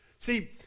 See